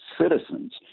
citizens